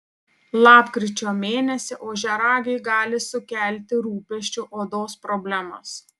lapkričio mėnesį ožiaragiui gali sukelti rūpesčių odos problemos